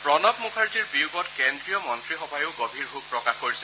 প্ৰণৱ মুখাৰ্জীৰ বিয়োগত কেন্দ্ৰীয় মন্ত্ৰীসভায়ো গভীৰ শোক প্ৰকাশ কৰিছে